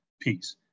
piece